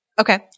okay